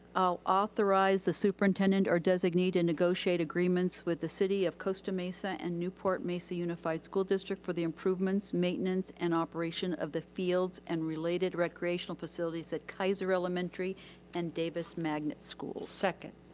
i'll authorize the superintendent or designee to negotiate agreements with the city of costa mesa and newport mesa unified school district for the improvements, maintenance, and operation of the fields and related recreational facilities at kaiser elementary and davis magnet school. second.